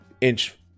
inch